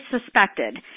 suspected